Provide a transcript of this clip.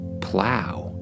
Plow